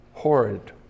Horrid